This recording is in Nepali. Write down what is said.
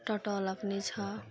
टोटोवाला पनि छ